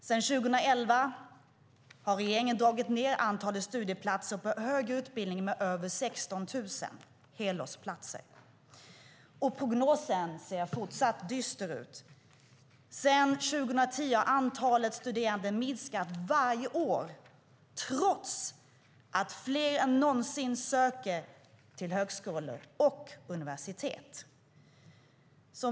Sedan 2011 har regeringen dragit ned antalet helårsstudieplatser på högre utbildning med över 16 000. Prognosen ser fortsatt dyster ut. Sedan 2010 har antalet studerande minskat varje år trots att fler än någonsin söker till högskolor och universitet.